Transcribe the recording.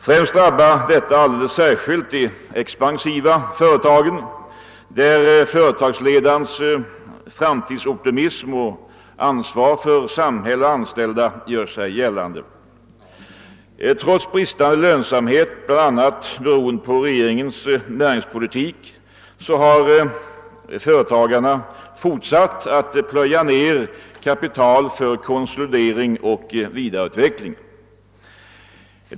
Främst drabbar detta de expansiva företagen, där företagsledarens framtidsoptimism och ansvar för samhälle och anställda gör sig gällande. Trots bristande lönsamhet, bl.a. beroende på regeringens näringspolitik, har företagarna fortsatt att plöja ned kapital för konsolidering och vidareutveckling.